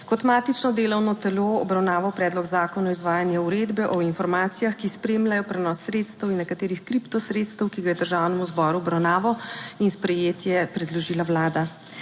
kot matično delovno telo obravnaval Predlog zakona o izvajanju Uredbe o informacijah, ki spremljajo prenos sredstev in nekaterih kripto sredstev, ki ga je Državnemu zboru v obravnavo in sprejetje predložila Vlada.